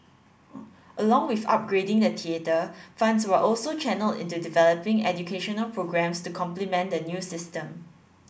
along with upgrading the theatre funds were also channelled into developing educational programmes to complement the new system